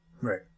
Right